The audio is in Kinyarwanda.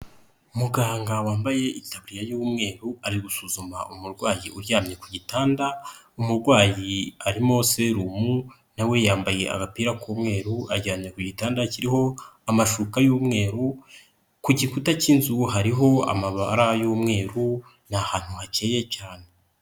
Muganga wambaye itaburiya y'umweru ari gusuzuma umurwayi uryamye ku gitanda. Umurwayi arimo serumu, nawe yambaye agapira k'umweru aryamye ku gitanda kiriho amashuka y'umweru. Ku gikuta cy'inzu hariho amabara y'umweru, ni ahantu hakeye cyane.